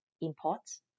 imports